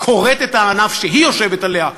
כורתת את הענף שהיא יושבת עליו.